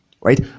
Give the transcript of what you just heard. right